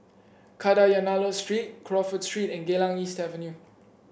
Kadayanallur Street Crawford Street and Geylang East Avenue